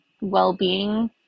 Well-being